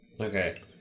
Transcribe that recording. Okay